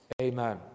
Amen